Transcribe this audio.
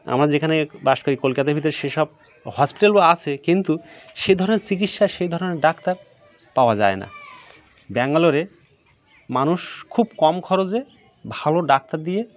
আমরা যেখানে বাস করি কলকাতার ভিতরে সে সব হসপিটালও আছে কিন্তু সে ধরনের চিকিৎসা সেই ধরনের ডাক্তার পাওয়া যায় না ব্যাঙ্গালোরে মানুষ খুব কম খরচে ভালো ডাক্তার দিয়ে